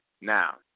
now